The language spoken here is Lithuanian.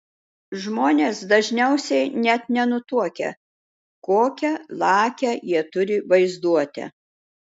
žmonės dažniausiai net nenutuokia kokią lakią jie turi vaizduotę